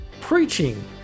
preaching